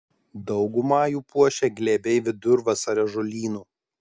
daugumą jų puošia glėbiai vidurvasario žolynų